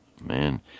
man